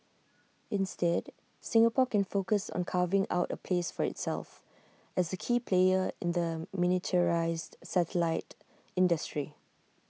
instead Singapore can focus on carving out A place for itself as A key player in the miniaturised satellite industry